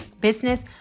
business